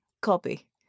Copy